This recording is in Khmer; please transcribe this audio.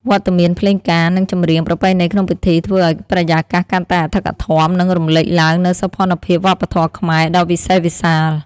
វត្តមានភ្លេងការ និងចម្រៀងប្រពៃណីក្នុងពិធី ធ្វើឱ្យបរិយាកាសកាន់តែអធិកអធម និងរំលេចឡើងនូវសោភ័ណភាពវប្បធម៌ខ្មែរដ៏វិសេសវិសាល ។